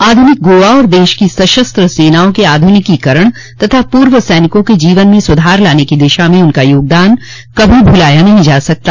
आध्निक गोआ और देश की सशस्त्र सेनाओं के आध्रनिकीकरण तथा पूर्व सैनिकों के जीवन में सुधार लाने की दिशा में उनका योगदान कभी भुलाया नहीं जा सकता